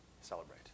celebrate